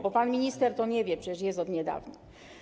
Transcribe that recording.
Bo pan minister to nie wie, przecież jest od niedawna.